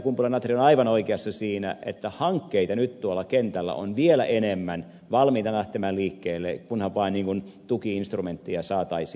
kumpula natri on aivan oikeassa siinä että hankkeita nyt tuolla kentällä on vielä enemmän valmiina lähtemään liikkeelle kunhan vain tuki instrumentteja saataisiin